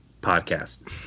podcast